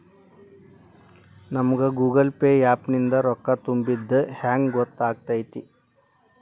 ನಮಗ Google pay app ನಿಂದ ರೊಕ್ಕಾ ತುಂಬಿದ್ದ ಹೆಂಗ್ ಗೊತ್ತ್ ಆಗತೈತಿ?